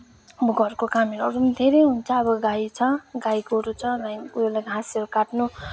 अब घरको कामहरू अरू पनि धेरै हुन्छ अब गाई छ गाई गोरू छ उयोलाई घाँसहरू काटनु